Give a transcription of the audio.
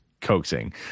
coaxing